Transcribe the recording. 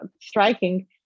striking